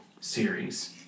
series